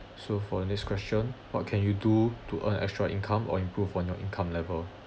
so for the next question what can you do to earn extra income or improve on your income level